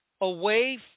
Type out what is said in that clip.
away